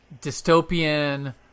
dystopian